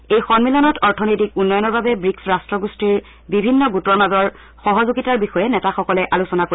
এই সম্মিলনত অৰ্থনৈতিক উন্নয়নৰ বাবে ৱিক্চ ৰট্টগোষ্ঠীৰ বিভিন্ন গোটৰ মাজৰ সহযোগিতাৰ বিষয়ে নেতাসকলে আলোচনা কৰিব